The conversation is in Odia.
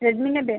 ରେଡ଼ମୀ ନେବେ